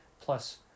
plus